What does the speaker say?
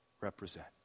represent